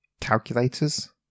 Calculators